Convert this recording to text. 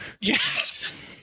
yes